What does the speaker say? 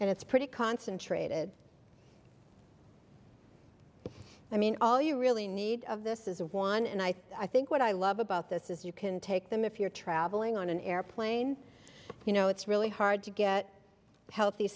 and it's pretty concentrated i mean all you really need of this is a one and i think what i love about this is you can take them if you're traveling on an airplane you know it's really hard to get healthy